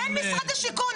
אין משרד השיכון.